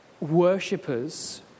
worshippers